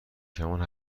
کمان